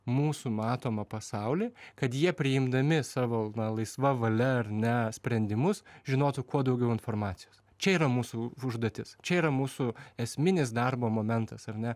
mūsų matomą pasaulį kad jie priimdami savo na laisva valia ar ne sprendimus žinotų kuo daugiau informacijos čia yra mūsų užduotis čia yra mūsų esminis darbo momentas ar ne